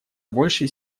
большей